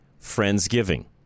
Friendsgiving